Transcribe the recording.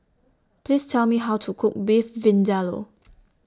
Please Tell Me How to Cook Beef Vindaloo